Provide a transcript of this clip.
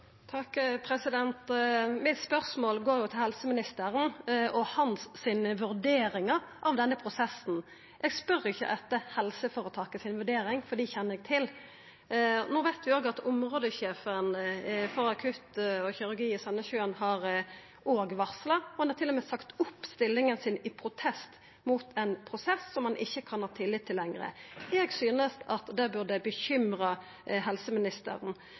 Mitt spørsmål går til helseministeren og gjeld hans vurderingar av denne prosessen. Eg spør ikkje etter helseføretaket sine vurderingar, for dei kjenner eg til. No veit vi òg at områdesjefen for akuttmedisin og kirurgi i Sandnessjøen har varsla. Han har til og med sagt opp stillinga si i protest mot ein prosess som han ikkje kan ha tillit til lenger. Eg synest at det burde bekymra helseministeren.